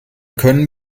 können